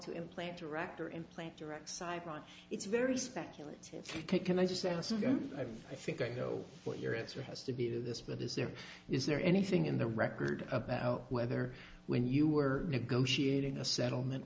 to implant director implant direct cyprus it's very speculative can i just answer i think i know what your answer has to be to this but is there is there anything in the record about whether when you were negotiating a settlement